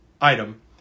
item